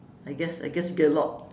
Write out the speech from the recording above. I guess I guess you get a lot